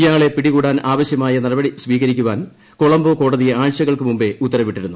ഇയാളെ പിടികൂടാൻ ആവശ്യമായ നടപടി സ്വീകരിക്കാൻ കൊളംബോ കോടതി ആഴ്ചകൾക്ക് മുമ്പേ ഉത്തർവിട്ടിരുന്നു